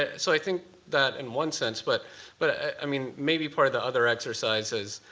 ah so i think that in one sense. but but i mean maybe part of the other exercise is,